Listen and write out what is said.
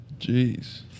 Jeez